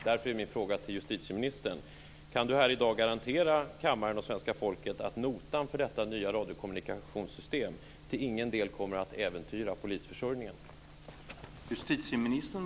Därför är min fråga till justitieministern: Kan justitieminister här i dag garantera kammaren och svenska folket att notan för detta nya radiokommunikationssystem till ingen del kommer att äventyra polisförsörjningen?